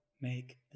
make